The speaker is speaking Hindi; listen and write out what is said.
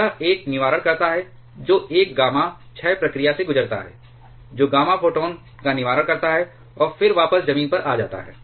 तो यह एक निवारण करता है जो एक गामा क्षय प्रक्रिया से गुजरता है जो गामा फोटोन को निवारण करता है और फिर वापस जमीन पर आ जाता है